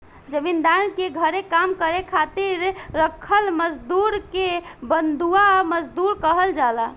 जमींदार के घरे काम करे खातिर राखल मजदुर के बंधुआ मजदूर कहल जाला